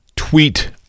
Tweet